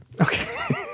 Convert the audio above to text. okay